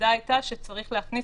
יפה לעשות